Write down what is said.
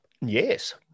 Yes